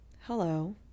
hello